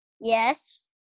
Yes